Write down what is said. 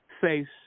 face